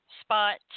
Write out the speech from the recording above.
spot